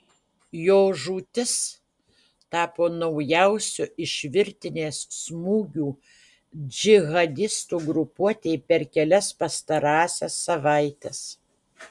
jo žūtis tapo naujausiu iš virtinės smūgių džihadistų grupuotei per kelias pastarąsias savaites